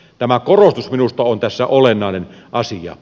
tämä korostus minusta on tässä olennainen asia